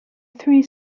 three